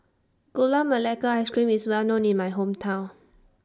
Gula Melaka Ice Cream IS Well known in My Hometown